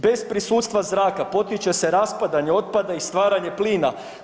Bez prisustva zraka potiče se raspadanje otpada i stvaranje plina.